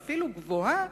ואפילו גבוהה,